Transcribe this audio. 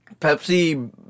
Pepsi